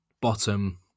bottom